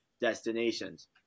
destinations